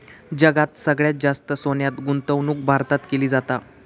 जगात सगळ्यात जास्त सोन्यात गुंतवणूक भारतात केली जाता